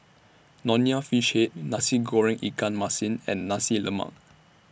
Nonya Fish Head Nasi Goreng Ikan Masin and Nasi Lemak